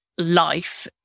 Life